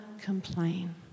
complain